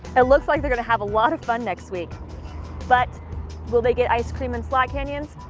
it looks like they'll have a lot of fun next week but will they get ice cream and slot canyons?